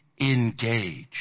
engage